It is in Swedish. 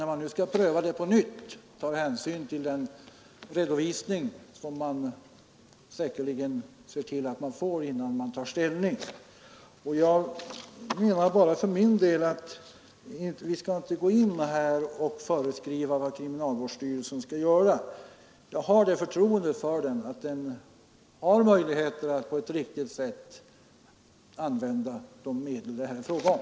När man nu skall pröva anslaget på nytt, tror jag att man kommer att ta hänsyn till den redovisning som man säkerligen ämnar infordra. Jag menar bara för min del att vi inte skall föreskriva vad kriminalvårdsstyrelsen skall göra. Jag har förtroende för kriminalvårdsstyrelsen och tror att den har möjligheter att på ett riktigt sätt använda de medel det här är fråga om.